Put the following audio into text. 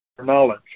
knowledge